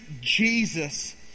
Jesus